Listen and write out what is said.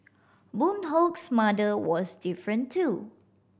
Boon Hock's mother was different too